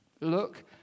Look